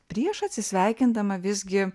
prieš atsisveikindama visgi